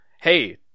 hey